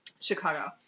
Chicago